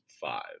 five